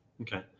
Okay